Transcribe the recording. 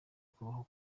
kubaho